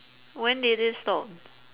when did it stop